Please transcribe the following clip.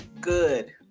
good